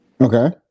Okay